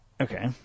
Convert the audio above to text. Okay